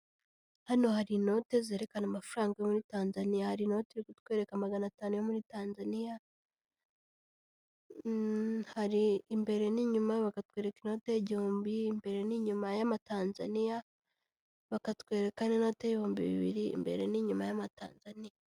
Hano hari inote zerekana amafaranga yo muri Tanzaniya, hari inote irikutwereka magana tanu yo muri Tanzaniya, hari imbere n'inyuma bakatwereka inote y'igihumbi, imbere n'inyuma y'amatanzaniya bakatwereka inote y'ibihumbi bibiri imbere n'inyuma y'amatanzaniya.